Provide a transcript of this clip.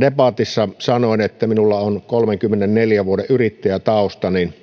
debatissa sanoin että minulla on kolmenkymmenenneljän vuoden yrittäjätausta niin